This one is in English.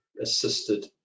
assisted